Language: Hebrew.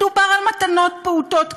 מדובר במתנות פעוטות שכאלה: